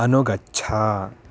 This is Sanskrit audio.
अनुगच्छ